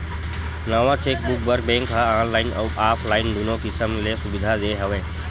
नवा चेकबूक बर बेंक ह ऑनलाईन अउ ऑफलाईन दुनो किसम ले सुबिधा दे हे